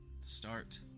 Start